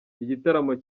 igitaramo